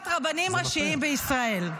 -- להיות רבנים ראשיים בישראל.